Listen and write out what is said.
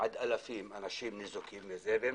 מאות עד אלפי אנשים ניזוקים מזה והם